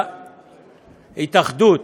מכיר בהתאחדות